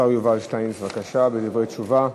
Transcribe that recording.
השר יובל שטייניץ, בבקשה, דברי תשובה.